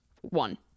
one